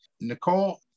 Nicole